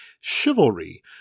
Chivalry